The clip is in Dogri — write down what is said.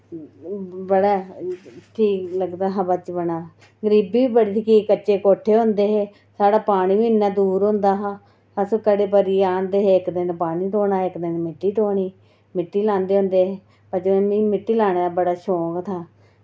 बड़ा ठीक लगदा हा बचपना गरीबी बी बड़ी दिक्खी कच्चे कोठे होंदे हे साढ़े पानी बी इन्ने दूर होंदा हा अस घड़े पर गै आह्नदे हे इक दिन पानी ढोना ते इक दिन मित्ती ढोनी मिट्टी लांदे हे ते बचपन बिच मिगी मिट्टी लाने दा बड़ा शौक हा